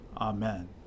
Amen